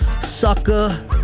Sucker